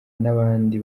n’abandi